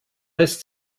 ist